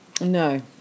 no